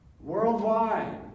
Worldwide